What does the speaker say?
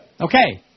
Okay